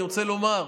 אני רוצה לומר: